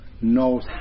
knows